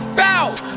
bow